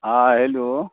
ہاں ہیلو